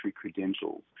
credentials